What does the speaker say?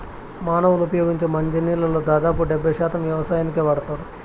మానవులు ఉపయోగించే మంచి నీళ్ళల్లో దాదాపు డెబ్బై శాతం వ్యవసాయానికే వాడతారు